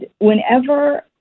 whenever